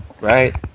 Right